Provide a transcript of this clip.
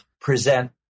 present